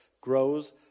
grows